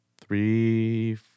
Three